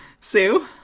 Sue